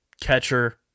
catcher